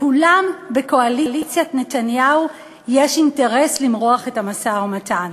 לכולם בקואליציית נתניהו יש אינטרס למרוח את המשא-ומתן,